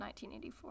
1984